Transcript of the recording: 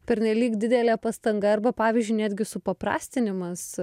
pernelyg didelė pastanga arba pavyzdžiui netgi suprastinimas